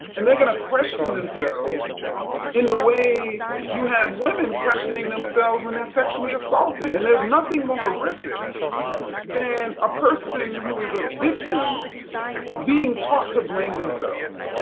and they are going to question themselves in the way you have women questioning themselves when they are sexually assaulted. and there's nothing more horrific than a person who is a victim um being taught to blame themselves.